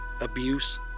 abuse